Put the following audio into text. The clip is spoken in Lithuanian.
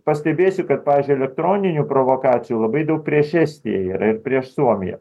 pastebėsiu kad pavyzdžiui elektroninių provokacijų labai daug prieš estiją yra ir prieš suomiją